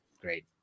great